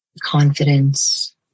Confidence